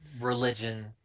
religion